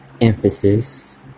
Emphasis